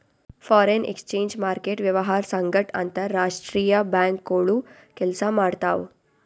foreign exchange market ವ್ಯವಹಾರ್ ಸಂಗಟ್ ಅಂತರ್ ರಾಷ್ತ್ರೀಯ ಬ್ಯಾಂಕ್ಗೋಳು ಕೆಲ್ಸ ಮಾಡ್ತಾವ್